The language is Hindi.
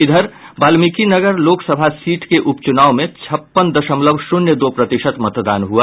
इधर वाल्मीकिनगर लोकसभा सीट के उपचुनाव में छप्पन दशमलव शून्य दो प्रतिशत मतदान हुआ